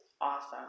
awesome